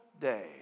day